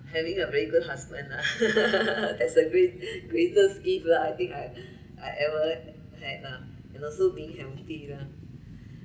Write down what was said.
having a very good husband lah that's the great greatest gift lah I think I I ever had lah and also being healthy lah